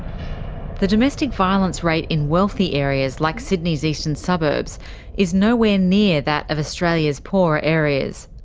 the domestic violence rate in wealthy areas like sydney's eastern suburbs is nowhere near that of australia's poorer areas,